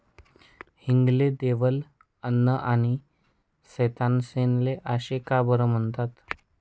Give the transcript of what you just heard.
हिंग ले देवनं अन्न आनी सैताननं शेन आशे का बरं म्हनतंस?